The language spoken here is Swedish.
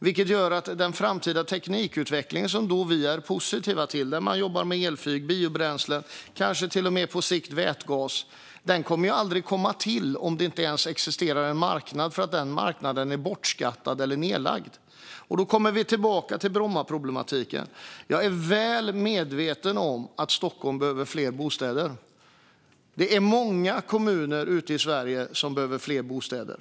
Det gör att den framtida teknikutveckling som vi är positiva till, till exempel elflyg, biobränslen och på sikt kanske till och med vätgas, aldrig kommer att ske om det inte ens existerar en marknad för att en sådan marknad är bortskattad eller nedlagd. Detta för oss tillbaka till Brommaproblematiken. Jag är väl medveten om att Stockholm behöver fler bostäder. Många kommuner ute i Sverige behöver fler bostäder.